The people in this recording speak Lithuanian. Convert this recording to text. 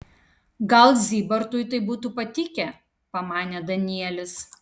gal zybartui tai būtų patikę pamanė danielis